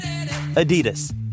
adidas